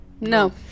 No